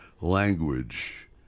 language